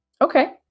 Okay